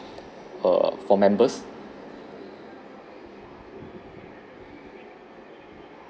err for members